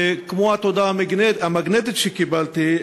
וכמו בתעודה המגנטית שקיבלתי,